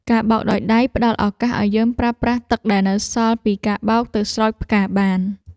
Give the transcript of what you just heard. ការបោកដោយដៃផ្តល់ឱកាសឱ្យយើងប្រើប្រាស់ទឹកដែលនៅសល់ពីការបោកទៅស្រោចផ្កាបាន។